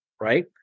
right